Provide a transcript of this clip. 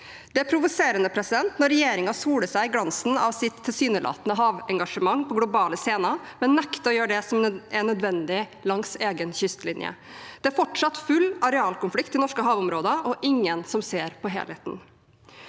Det er provoserende når regjeringen soler seg i glansen av sitt tilsynelatende havengasjement på globale scener, men nekter å gjøre det som er nødvendig langs egen kystlinje. Det er fortsatt full arealkonflikt i norske havområder, og ingen som ser på helheten.